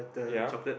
ya